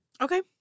Okay